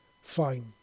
Fine